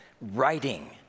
writing